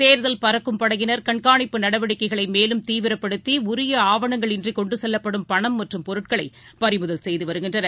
கேர்கல் பறக்கும் படையினர் கண்காணிப்பு நடவடிக்கைமேலும் தீவிரப்படுத்திஉரியஆவணங்கள் இன்றிகொண்டுசெல்லப்படும் பணம் மற்றும் பொருட்களைபறிமுதல் செய்துவருகின்றனர்